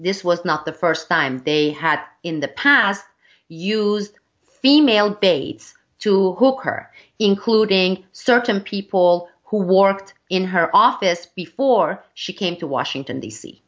this was not the first time they had in the past used female dates to her including certain people who worked in her office before she came to washington d